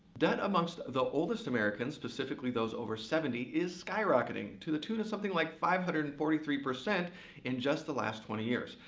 debt amongst the oldest americans, specifically those over seventy, is skyrocketing to the tune of something like five hundred and forty three percent in just the last twenty years.